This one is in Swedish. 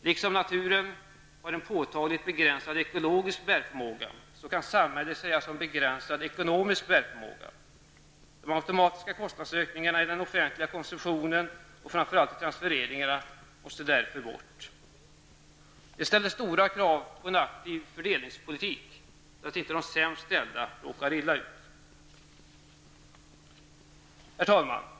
Liksom naturen har en påtagligt begränsad ekologisk bärförmåga kan samhället sägas ha en begränsad ekonomisk bärförmåga. De automatiska kostnadsökningarna i den offentliga konsumtionen och framför allt transfereringarna måste därför bort. Det ställer stora krav på en aktiv fördelningspolitik så att inte de sämst ställda råkar illa ut. Herr talman!